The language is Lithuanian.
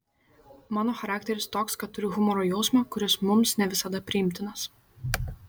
mano charakteris toks kad turiu humoro jausmą kuris mums ne visada priimtinas